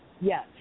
Yes